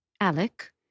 Alec